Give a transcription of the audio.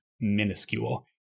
minuscule